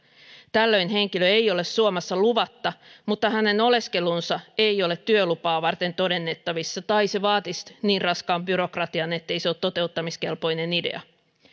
tällöin henkilö ei ole suomessa luvatta mutta hänen oleskelunsa ei ole työlupaa varten todennettavissa tai se vaatisi niin raskaan byrokratian ettei se ole toteuttamiskelpoinen idea